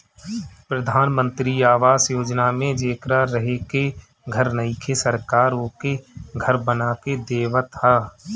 प्रधान मंत्री आवास योजना में जेकरा रहे के घर नइखे सरकार ओके घर बना के देवत ह